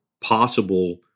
possible